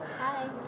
hi